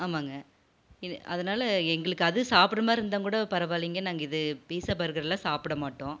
ஆமாங்க இது அதனால எங்களுக்கு அதுவும் சாப்பிட்ற மாதிரி இருந்தால் கூட பரவாயில்லைங்க நாங்கள் இது பீட்சா பர்கர்லாம் சாப்பிட மாட்டோம்